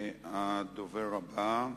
הדובר הבא,